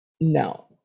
no